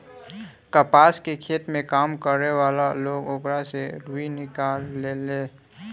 कपास के खेत में काम करे वाला लोग ओकरा से रुई निकालेले